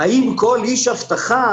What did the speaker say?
מול סדרנים ומול מאבטחים.